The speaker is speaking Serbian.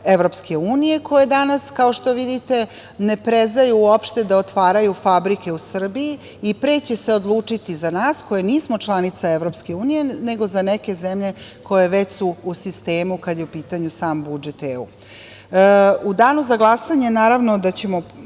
zemljama EU koje danas kao što vidite ne prezaju uopšte da otvaraju fabrike u Srbiji i pre će se odlučiti za nas, koji nismo članica EU, nego za neke zemlje koje su već u sistemu kada je u pitanju sam budžet EU.U danu za glasanje naravno da ćemo